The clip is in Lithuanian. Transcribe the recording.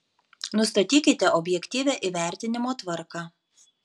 nustatykite objektyvią įvertinimo tvarką